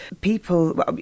people